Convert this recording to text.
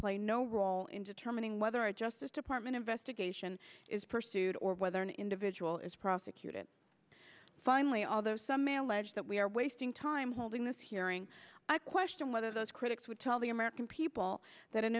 play no role in determining whether a justice department investigation is pursued or whether an individual is prosecuted finally although some may allege that we are wasting time holding this hearing i question whether those critics would tell the american people that an